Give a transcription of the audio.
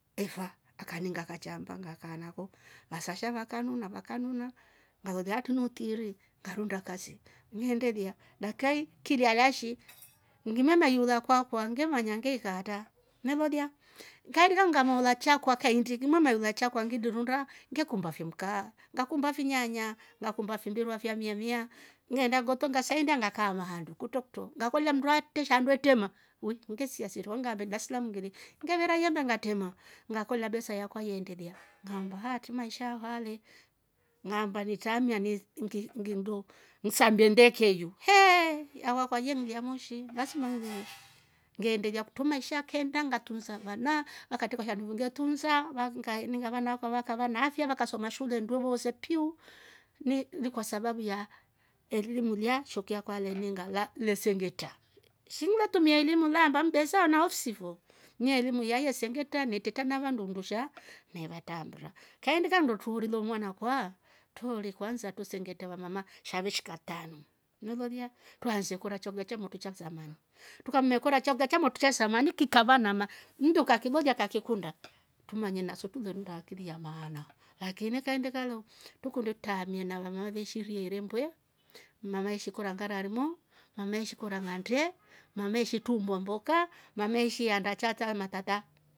Kave ngevelia ifa akaniinga kachaamba nkaakanako va sasha vaka nuna. vaka nuna ngalolya atrii ni utiiri ngaruunda kasi ngiindelie dakika i ngili alysha shi ngimemaa iyola kwakwa ngemanya ngeeika atraa umelolya kaindika ngame lolya chakwa kaindi. ngime maailoa chakwa ngili ruunda ngikumba fimkaa, ngakumba finyaanya. ngakumba fi mbirwa fya mia mia. ngeenda nngoto ngasainda ngakaama handu kutro kutro ngakolya mndu atre shandu trema ngesia si tru ndo ngaambe daslamu ngili ngeneira iyembe ngatrema ngakolya besa yakwa yeendelia ngaamba haatri maisha haa le ngaamba ni- itraamia le nge nge ngenndo ngesambie mbekeyo hee yakwa ye nglya moshi lasma (voices) ngeendelia kutro maisha keenda ngatunsa vana vatreta shandu ngetunsa vakaininga vana vakwa vakava na afya vakasoma shule ndwee voose piu ni kwa sababu ya elimu ilya shekuyo akwa aleniinga le sangetra shi ngile trumia elimu laamba ni besa ana ofisi fo ni elimu ilya ye sengetra na itretra na vandu undusha na ivatraamira kaindika nndo truulile mwankwa trurore kwansa twre sengetra va mama sha veshika tanu umelolya twraanse ikora chao kilya cha motru cha samani trukamme kora chao kilya cha motru cha samani kikava na ma mndu kakilolya kakikunda trumanye naso tule ruunda akili ya maana lakini kaindika leu trukundi utraamie na vamama ve shi iriaria mbe. mama eeshi kora ngara rimo. mama eeshi koora ng'andee. mama eeshi trumbua mboka. mama eeshi iandaa chao chama tata